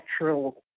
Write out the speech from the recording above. natural